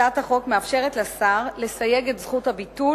הצעת החוק מאפשרת לשר לסייג את זכות הביטול